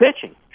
pitching